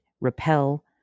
repel